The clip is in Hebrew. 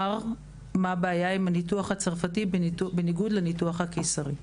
מה הבעיה עם הניתוח הצרפתי בניגוד לניתוח הקיסרי: